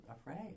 afraid